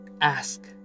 Ask